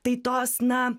tai tos na